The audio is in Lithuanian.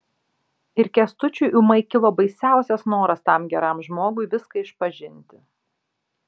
ir kęstučiui ūmai kilo baisiausias noras tam geram žmogui viską išpažinti